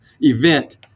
event